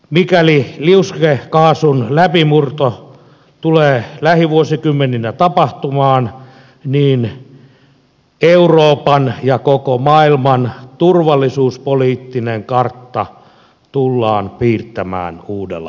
mikäli liuskekaasun läpimurto tulee lähivuosikymmeninä tapahtumaan niin euroopan ja koko maailman turvallisuuspoliittinen kartta tullaan piirtämään uudella tavalla